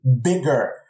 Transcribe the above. bigger